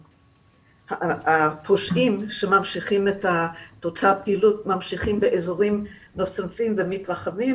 הפושעים ממשיכים את אותה פעילות ממשיכים באזורים נוספים ומתרחבים